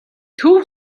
төв